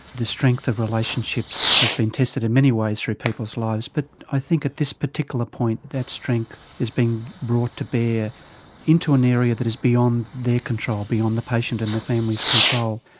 the strength of relationships have been tested in many ways through people's but i think at this particular point that strength is being brought to bear into an area that is beyond their control, beyond the patient and the families' control.